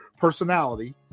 personality